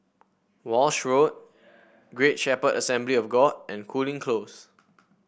Walshe Road Great Shepherd Assembly of God and Cooling Close